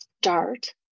start